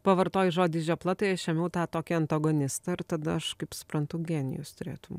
pavartojus žodį žiopla tai aš ėmiau tą tokį antagonistą ir tada aš kaip suprantu genijus turėtum